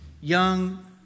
young